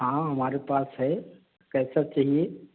हाँ हमारे पास है कैसा चाहिए